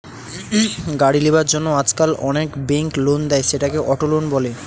গাড়ি লিবার জন্য আজকাল অনেক বেঙ্ক লোন দেয়, সেটাকে অটো লোন বলে